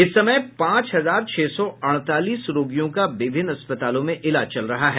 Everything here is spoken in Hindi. इस समय पांच हजार छह सौ अड़तालीस रोगियों का विभिन्न अस्पतालों में इलाज चल रहा है